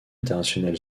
international